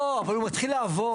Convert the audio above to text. לא, אבל הוא מתחיל לעבוד.